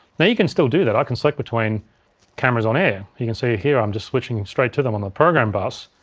now, you can still do that. i can select between cameras on air. you can see here i'm just switching straight to them on the program bus.